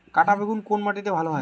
কাঁটা বেগুন কোন মাটিতে ভালো হয়?